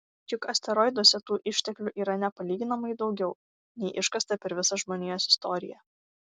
juk asteroiduose tų išteklių yra nepalyginamai daugiau nei iškasta per visą žmonijos istoriją